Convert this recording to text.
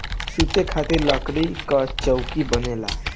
सुते खातिर लकड़ी कअ चउकी बनेला